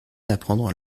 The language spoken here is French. d’apprendre